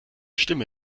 stimme